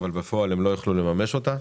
אבל בפועל הם לא יכלו לממש אותה.